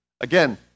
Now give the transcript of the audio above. Again